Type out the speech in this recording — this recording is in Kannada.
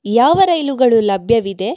ಯಾವ ರೈಲುಗಳು ಲಭ್ಯವಿದೆ